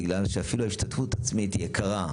בגלל שאפילו ההשתתפות עצמית היא יקרה,